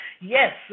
yes